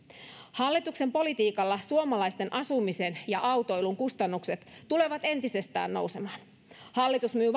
hallituksen politiikalla suomalaisten asumisen ja autoilun kustannukset tulevat entisestään nousemaan hallitus myy